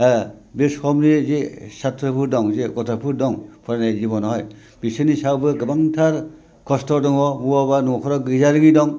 बे समनि जे साथ्रबो दं जे गथ'बो दं फरायनाय फरायनो जिब'नावहाय बिसोरनि सायावबो गोबांथार खस्थ' दङ बबेबा न'खरफोरा गैजारोङि दं